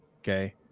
Okay